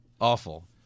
Awful